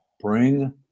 bring